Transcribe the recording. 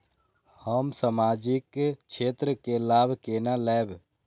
हम सामाजिक क्षेत्र के लाभ केना लैब?